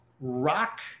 Rock